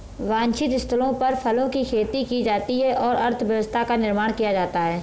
वांछित स्थलों पर फलों की खेती की जाती है और अर्थव्यवस्था का निर्माण किया जाता है